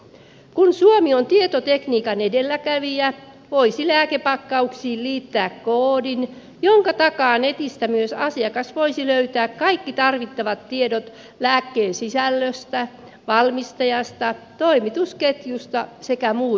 kun suomi on tietotekniikan edelläkävijä voisi lääkepakkauksiin liittää koodin jonka takaa netistä myös asiakas voisi löytää kaikki tarvittavat tiedot lääkkeen sisällöstä valmistajasta toimitusketjusta sekä muut ohjeet